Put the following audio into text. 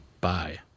Bye